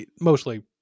mostly